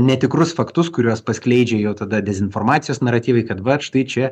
netikrus faktus kuriuos paskleidžia jau tada dezinformacijos naratyvai kad vat štai čia